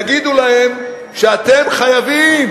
יגידו להם: אתם חייבים